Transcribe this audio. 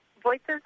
Voices